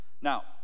Now